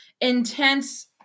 intense